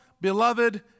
beloved